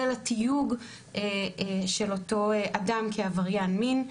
ולתיוג של אותו אדם כעבריין מין,